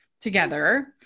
together